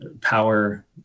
power